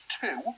two